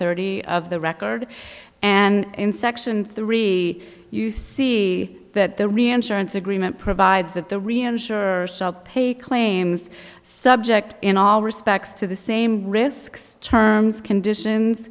thirty of the record and in section three you see that the reinsurance agreement provides that the reinsure pay claims subject in all respects to the same risks terms conditions